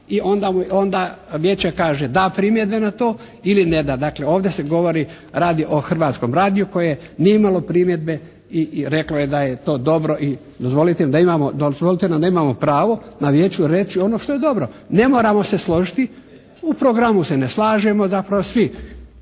i onda Vijeće kaže, da primjedbe na to i ne da. Dakle, ovdje se govori, radi o Hrvatskom radiju koje nije imalo primjedbe i reklo je da je to dobro i dozvolite nam da imamo pravo na Vijeću reći ono što je dobro. Ne moramo se složiti, u programu se ne slažemo zapravo svi.